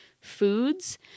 foods